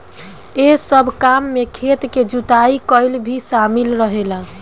एह सब काम में खेत के जुताई कईल भी शामिल रहेला